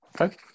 Okay